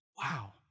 Wow